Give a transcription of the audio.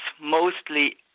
mostly